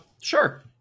Sure